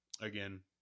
again